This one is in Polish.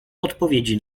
odpowiedzi